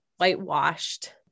whitewashed